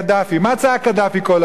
מה צעק קדאפי כל הזמן?